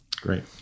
Great